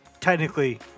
technically